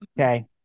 Okay